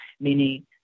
meaning